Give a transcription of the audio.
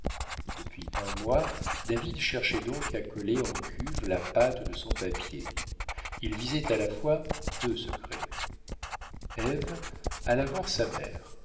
depuis un mois david cherchait donc à coller en cuve la pâte de son papier il visait à la fois deux secrets ève alla voir sa mère